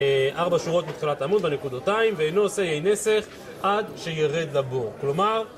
ארבע שורות מתחילת העמוד בנקודותיים, ואינו עושה אי נסח עד שירד לבור, כלומר